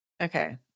okay